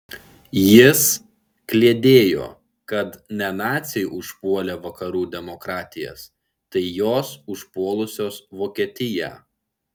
jis kliedėjo kad ne naciai užpuolė vakarų demokratijas tai jos užpuolusios vokietiją